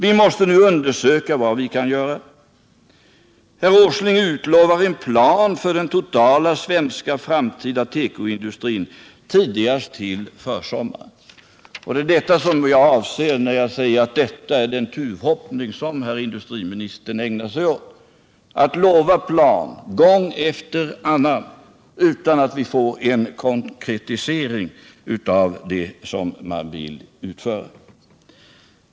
Vi måste nu undersöka vad vi kan göra.” DN fortsätter: ”Åsling utlovar en plan för den totala svenska framtida tekoindustrin tidigast till försommaren.” Det är detta som jag avser när jag säger att det är en tuvhoppning som industriministern ägnar sig åt. Han lovar en plan gång efter annan utan att vi får en konkretisering av det som regeringen vill utföra.